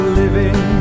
living